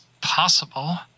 possible